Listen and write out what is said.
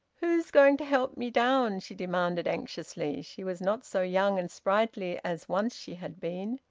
who's going to help me down? she demanded anxiously. she was not so young and sprightly as once she had been.